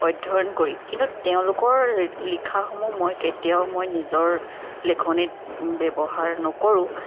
অধ্যয়ন কৰি কিন্তু তেওঁলোকৰ লিখাসমূহ মই কেতিয়াও মই নিজৰ লিখনিত ব্যৱহাৰ নকৰোঁ